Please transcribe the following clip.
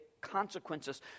consequences